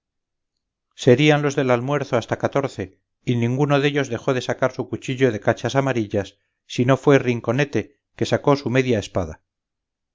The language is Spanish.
serían los del almuerzo hasta catorce y ninguno dellos dejó de sacar su cuchillo de cachas amarillas si no fue rinconete que sacó su media espada